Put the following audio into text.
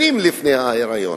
שנים לפני ההיריון.